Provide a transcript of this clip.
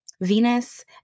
Venus